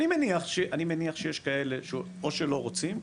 אני מניח שיש כאלה שאו שלא רוצים,